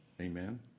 Amen